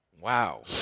Wow